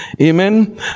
amen